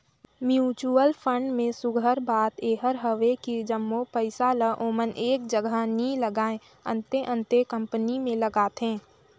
mutual fund में सुग्घर बात एहर हवे कि जम्मो पइसा ल ओमन एक जगहा नी लगाएं, अन्ते अन्ते कंपनी में लगाथें